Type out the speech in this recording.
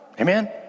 Amen